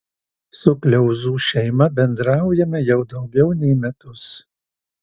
su kliauzų šeima bendraujame jau daugiau nei metus